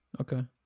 okay